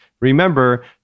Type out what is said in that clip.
Remember